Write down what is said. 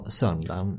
söndag